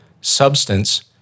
substance